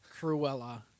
Cruella